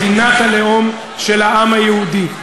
מדינת הלאום של העם היהודי.